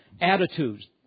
attitudes